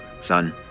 Son